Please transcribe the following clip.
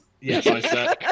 Yes